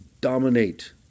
dominate